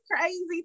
crazy